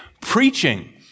preaching